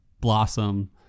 blossom